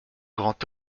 grand